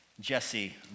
Jesse